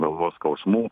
galvos skausmų